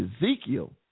Ezekiel